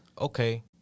Okay